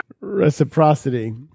Reciprocity